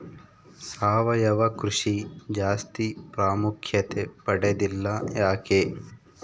ಸಾವಯವ ಕೃಷಿ ಜಾಸ್ತಿ ಪ್ರಾಮುಖ್ಯತೆ ಪಡೆದಿಲ್ಲ ಯಾಕೆ?